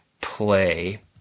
play